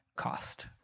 cost